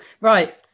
Right